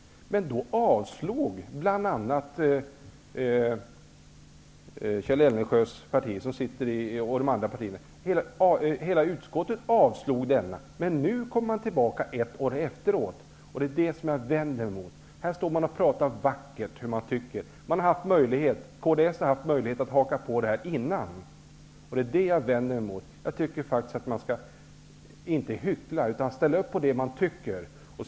Då gick hela utskottet emot motionen, och den avslogs av bl.a. Kjell Eldensjös parti och de andra regeringspartierna. Vad jag vänder mig emot är att man nu, ett år efteråt, kommer tillbaka med vackert tal i denna fråga. Kds har redan haft möjlighet att haka på vårt förslag. Jag tycker att man inte skall hyckla utan ställa sig bakom de uppfattningar som man har.